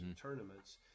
tournaments